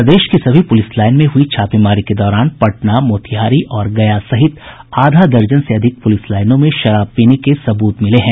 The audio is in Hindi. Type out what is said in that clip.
प्रदेश की सभी पुलिस लाईन में हुयी छापेमारी के दौरान पटना मोतिहारी और गया सहित आधा दर्जन से अधिक पुलिस लाईनों में शराब पीने के सबूत मिले हैं